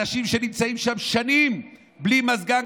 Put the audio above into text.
אנשים שנמצאים שם שנים בלי מזגן,